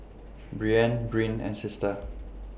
Breanne Bryn and Sister